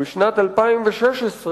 ובשנת 2016,